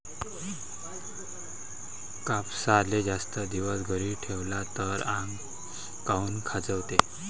कापसाले जास्त दिवस घरी ठेवला त आंग काऊन खाजवते?